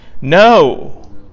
No